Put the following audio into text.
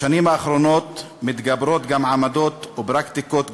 בשנים האחרונות מתגברות גם עמדות ופרקטיקות גזעניות,